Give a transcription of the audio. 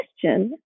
question